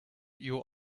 you